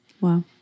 Wow